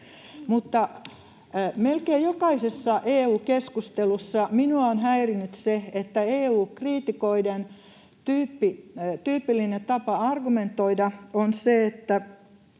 Melkein jokaisessa EU-keskustelussa minua on häirinnyt se, että EU-kriitikoiden tyypillinen tapa argumentoida on se, että